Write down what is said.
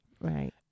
right